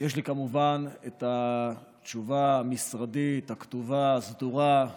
יש לי כמובן את התשובה המשרדית, הכתובה, הסדורה,